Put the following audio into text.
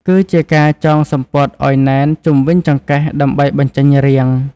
គឺជាការចងសំពត់អោយណែនជុំវិញចង្កេះដើម្បីបញ្ចេញរាង។